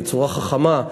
בצורה חכמה,